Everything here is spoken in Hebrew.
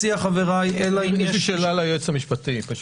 יש לי שאלה ליועץ המשפטי.